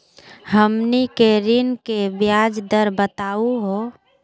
हमनी के ऋण के ब्याज दर बताहु हो?